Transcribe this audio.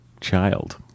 child